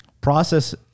process